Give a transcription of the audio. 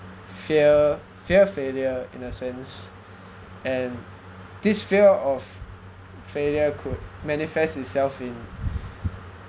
fear fear failure in a sense and this fear of failure could manifest itself in